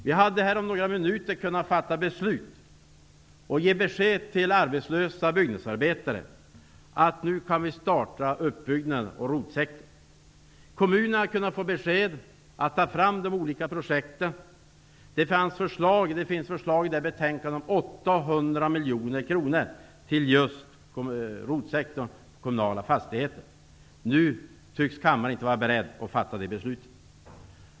Vi hade kunnat fatta beslut på några minuter och ge besked till arbetslösa byggnadsarbetare att uppbyggnaden nu kan starta inom ROT-sektorn. Kommunerna hade kunnat få besked om att de skall ta fram olika projekt. Det finns förslag i betänkandet om 800 miljoner kronor just till ROT sektorn och kommunala fastigheter. Nu tycks kammaren inte vara beredd att fatta det beslutet.